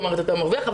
אתה מרוויח,